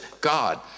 God